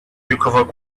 recovered